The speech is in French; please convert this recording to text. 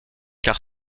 car